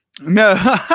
No